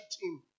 team